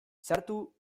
sartu